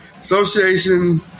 Association